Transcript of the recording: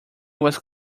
was